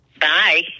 Bye